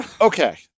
okay